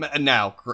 Now